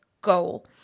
goal